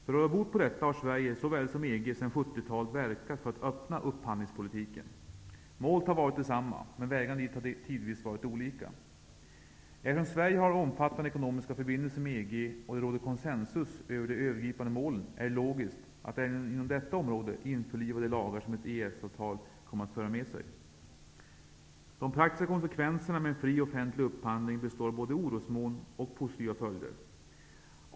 För att råda bot på detta har Sverige, liksom EG, sedan 70-talet verkat för att öppna upphandlingspolitiken. Målet har varit detsamma, men vägarna dit har tidvis varit olika. Eftersom Sverige har omfattande ekonomiska förbindelser med EG, och det råder konsensus om de övergripande målen, är det logiskt att även inom detta område införliva de lagar som ett EES-avtal kommer att föra med sig. De praktiska konsekvenserna med en fri offentlig upphandling består av både orosmoln och positiva följder.